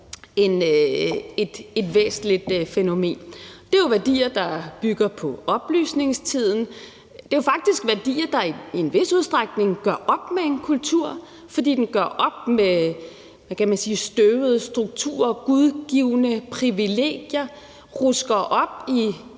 et væsentligt fænomen. Det er jo værdier, der bygger på oplysningstiden, og det er faktisk også værdier, der i en vis udstrækning gør op med en kultur, fordi de gør op med, hvad kan man sige, støvede strukturer og gudgivne privilegier og de rusker op i